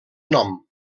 nom